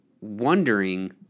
wondering